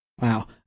Wow